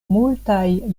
multaj